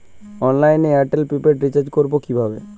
অনলাইনে এয়ারটেলে prepaid recharge করবো কিভাবে?